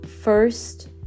first